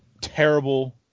terrible